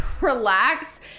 relax